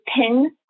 pin